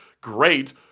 great